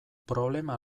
problema